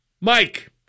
Mike